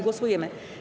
Głosujemy.